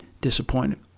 disappointed